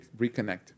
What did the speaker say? reconnect